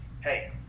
hey